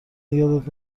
یادت